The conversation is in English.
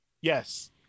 Yes